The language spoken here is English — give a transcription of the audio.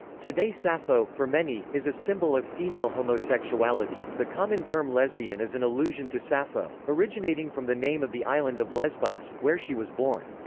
today sappho, for many, is a symbol of female homosexuality the common term lesbian is an allusion to sappho, originating from the name of the island of lesbos, where she was born.